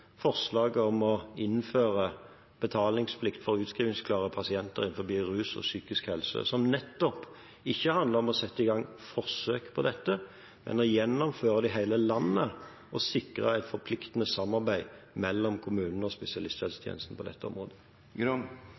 forslaget om å innføre betalingsplikt for utskrivningsklare pasienter innenfor rus og psykisk helse. Det handler ikke om å sette i gang forsøk på dette, men nettopp å gjennomføre det i hele landet og sikre et forpliktende samarbeid mellom kommunene og spesialisthelsetjenesten på dette området.